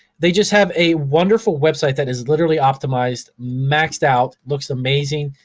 they just have a wonderful website that is literally optimized, maxed out, looks amazing,